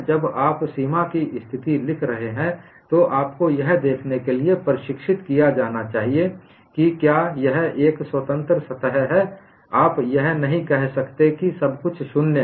जब आप सीमा की स्थिति लिख रहे हैं तो आपको यह देखने के लिए प्रशिक्षित किया जाना चाहिए कि क्या यह एक स्वतंत्र सतह है आप यह नहीं कह सकते कि सब कुछ शून्य है